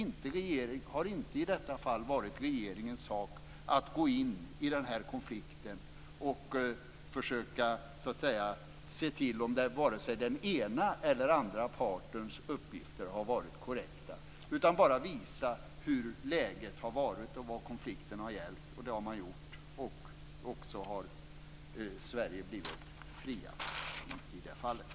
Det har inte i detta fall varit regeringens sak att gå in i den här konflikten och försöka se efter om vare sig den ena eller andra partens uppgifter har varit korrekta. Dess uppgift har bara varit att visa hur läget har varit och vad konflikten har gällt. Det har man gjort, och Sverige har blivit friat i det fallet.